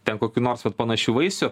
ten kokių nors vat panašių vaisių